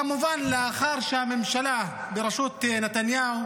כמובן לאחר שהממשלה בראשות נתניהו,